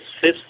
fifth